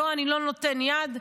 לא אני לא נותן יד?